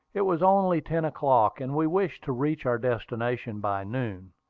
it was only ten o'clock, and we wished to reach our destination by noon.